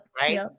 right